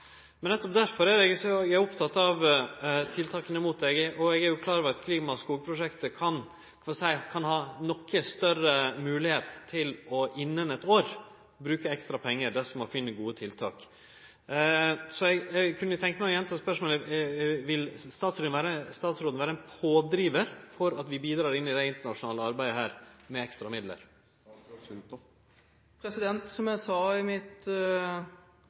Men nettopp derfor er eg opptatt av tiltaka mot dette, og eg er jo klar over at klima- og skogprosjektet kan ha noko større moglegheit til – innan eit år – å bruke ekstra pengar dersom ein finn gode tiltak. Eg kunne tenkje meg å gjenta spørsmålet. Vil statsråden vere ein pådrivar for at vi bidrar med ekstra midlar i dette internasjonale arbeidet? Som jeg sa i mitt første svar, vil jeg bruke FNs miljøforsamling i